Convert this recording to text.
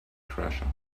treasure